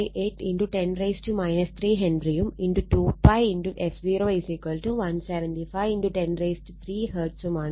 58 10 3 H യും × 2 π × f0175 × 103 ഹെർട്സും ആണ്